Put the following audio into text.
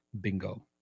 Bingo